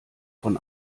von